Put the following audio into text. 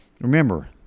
remember